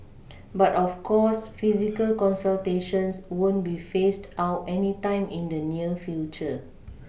but of course physical consultations won't be phased out anytime in the near future